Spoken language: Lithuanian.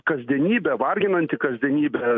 kasdienybe varginanti kasdienybė